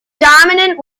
dominant